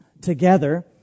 together